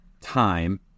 time